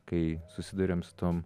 kai susiduriam su tom